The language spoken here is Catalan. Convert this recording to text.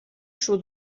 sud